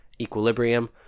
equilibrium